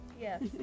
Yes